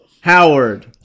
Howard